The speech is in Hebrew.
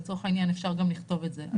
לצורך העניין אפשר גם לכתוב את זה.